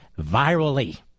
virally